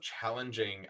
challenging